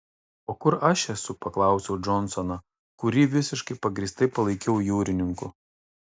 o kur aš esu paklausiau džonsoną kurį visiškai pagrįstai palaikiau jūrininku